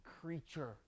creature